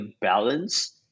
balance